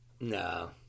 No